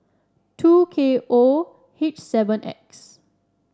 two K O H seven X